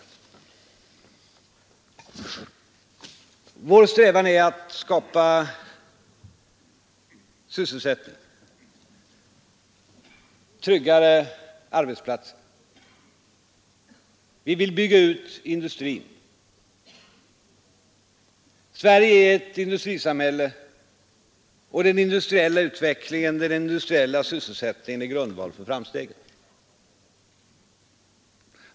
Ja, vår strävan är att skapa sysselsättning och tryggare arbetsplatser. Vi vill bygga ut industrin. Sverige är ett industrisamhälle, och den industriella utvecklingen och sysselsättning är grundvalen för framsteg.